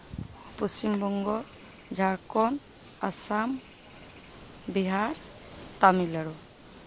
Paschim Banga Jharkhand Assam Bihar Tamil Nadu